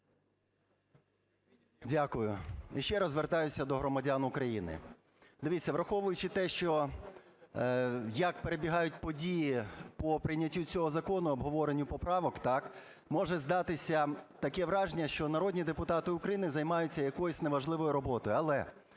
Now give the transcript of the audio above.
Дякую. Іще раз звертаюся до громадян України. Дивіться, враховуючи те, що як перебігають події по прийняттю цього закону, обговоренню поправок, так, може здатися таке враження, що народні депутати України займаються якоюсь неважливою роботою.